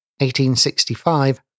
1865